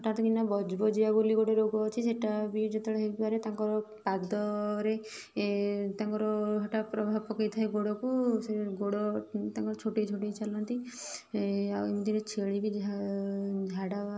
ହଠାତ୍ କିନା ବଜବଜିଆ ବୋଲି ଗୋଟେ ରୋଗ ଅଛି ସେଇଟା ବି ଯେତେବେଳେ ହୋଇପାରେ ତାଙ୍କର ପାଦରେ ତାଙ୍କର ହଠାତ୍ ପ୍ରଭାବ ପକେଇଥାଏ ଗୋଡ଼କୁ ସେ ଗୋଡ଼ ତାଙ୍କର ଛୋଟେଇ ଛୋଟେଇ ଚାଲନ୍ତି ଆଉ ଏମିତିରେ ଛେଳି ବି ଯାହା ଝାଡ଼ା